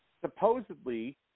supposedly